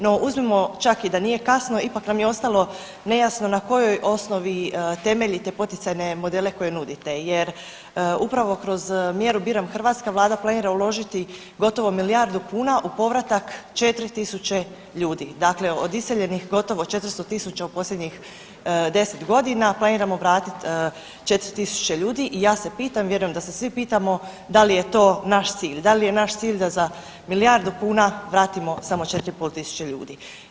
No uzmimo čak i da nije kasno ipak nam je ostalo nejasno na kojoj osnovi temeljite poticajne modele koje nudite jer upravo kroz mjeru „Biram Hrvatsku“ Vlada planira uložiti gotovo milijardu kuna u povratak 4.000 ljudi, dakle od iseljenih gotovo 400.000 u posljednjih deset godina planiramo vratit 4.000 ljudi i ja se pitam i vjerujem da se svi pitamo da li je to naš cilj, da li je naš cilj da za milijardu kuna vratimo samo 4 i pol tisuće ljudi.